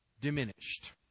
diminished